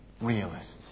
realists